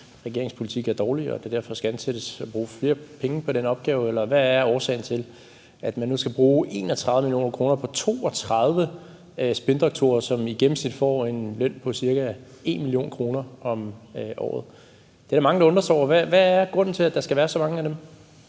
regeringens politik er dårligere og der derfor skal bruges flere penge på den opgave? Eller hvad er årsagen til, at man nu skal bruge 31 mio. kr. på 32 spindoktorer, som i gennemsnit får en løn på ca. 1 mio. kr. om året? Det er der mange der undrer sig over. Hvad er grunden til, at der skal være så mange af dem?